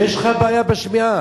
יש לך בעיה בשמיעה.